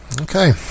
Okay